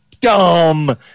dumb